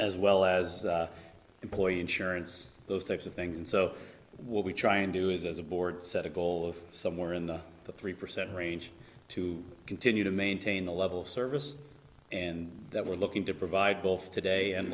as well as employee insurance those types of things and so what we try and do is as a board set a goal of somewhere in the three percent range to continue to maintain the level of service and that we're looking to provide both today and